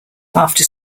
after